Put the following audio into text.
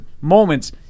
moments